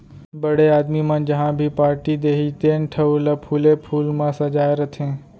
बड़े आदमी मन जहॉं भी पारटी देहीं तेन ठउर ल फूले फूल म सजाय रथें